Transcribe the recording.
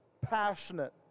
passionate